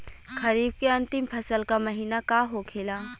खरीफ के अंतिम फसल का महीना का होखेला?